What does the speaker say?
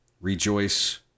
rejoice